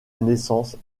naissance